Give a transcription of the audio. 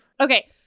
Okay